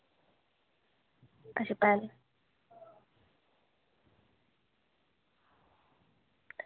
अच्छा